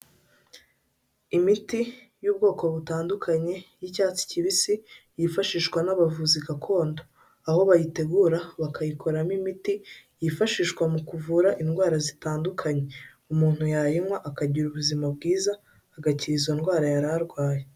Imiti y'ubwoko butandukanye y'icyatsi kibisi yifashishwa n'abavuzi gakondo. Aho bayitegura bakayikoramo imiti, yifashishwa mu kuvura indwara zitandukanye. Umuntu yayinywa akagira ubuzima bwiza, agakira izo ndwara yari arwaye.